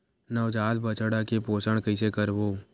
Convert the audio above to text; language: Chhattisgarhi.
नवजात बछड़ा के पोषण कइसे करबो?